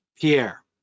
Pierre